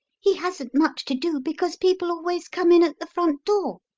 he hasn't much to do, because people always come in at the front door.